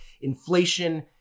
Inflation